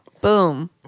Boom